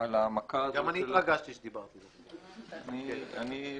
על המכה הזאת של --- גם אני התרגשתי כשדיברתי.